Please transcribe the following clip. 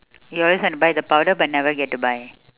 you always want to buy the powder but never get to buy